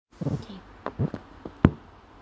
K